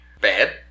Bad